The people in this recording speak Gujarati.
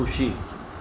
ખુશી